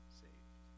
saved